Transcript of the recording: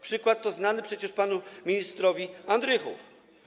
Przykład to znany przecież panu ministrowi Andrychów.